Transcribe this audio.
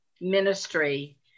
ministry